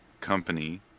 company